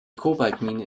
kobaltmine